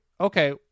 okay